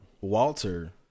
Walter